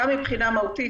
גם מבחינה מהותית,